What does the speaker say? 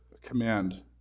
command